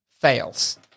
fails